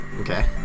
Okay